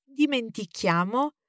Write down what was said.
dimentichiamo